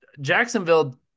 Jacksonville